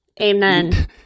Amen